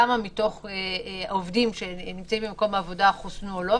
כמה עובדים במקומות העבודה חוסנו או לא,